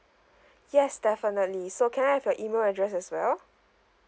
yes definitely so can I have your email address as well